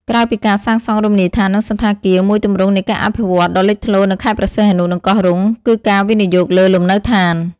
ក្រៅពីការសាងសង់រមណីយដ្ឋាន និងសណ្ឋាគារ មួយទម្រង់នៃការអភិវឌ្ឍន៍ដ៏លេចធ្លោនៅខេត្តព្រះសីហនុ និងកោះរ៉ុង គឺការវិនិយោគលើ លំនៅឋាន។